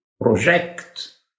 project